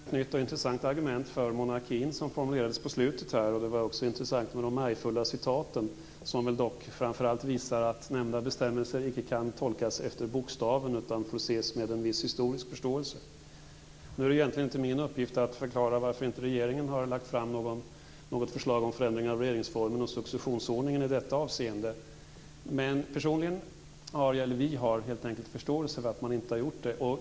Fru talman! Det var onekligen ett nytt och intressant argument för monarkin som formulerades på slutet, och de märgfulla citaten var också intressanta. De visar väl dock framför allt att nämnda bestämmelser icke kan tolkas efter bokstaven utan får ses med en viss historisk förståelse. Det är egentligen inte min uppgift att förklara varför regeringen inte har lagt fram något förslag om förändring av regeringsformen och successionsordningen i detta avseende. Vi har helt enkelt förståelse för att man inte har gjort det.